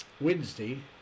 Wednesday